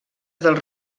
dels